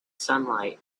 sunlight